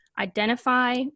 identify